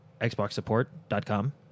xboxsupport.com